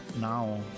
now